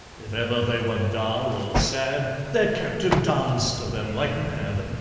if ever they were dull or sad, their captain danced to them like mad,